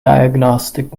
diagnostic